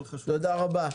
תודה רבה.